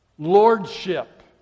Lordship